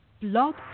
Blog